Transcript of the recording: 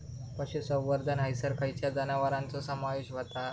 पशुसंवर्धन हैसर खैयच्या जनावरांचो समावेश व्हता?